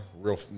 real